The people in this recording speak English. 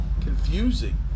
confusing